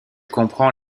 comprend